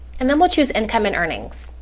and then we'll choose income and earnings.